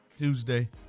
Tuesday